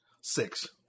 six